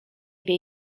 wie